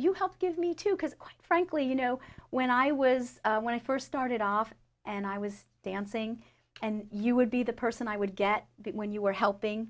you helped give me too because quite frankly you know when i was when i first started off and i was dancing and you would be the person i would get when you were helping